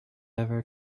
ever